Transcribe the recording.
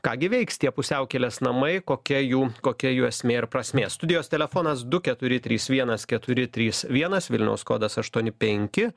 ką gi veiks tie pusiaukelės namai kokia jų kokia jų esmė ir prasmė studijos telefonas du keturi trys vienas keturi trys vienas vilniaus kodas aštuoni penki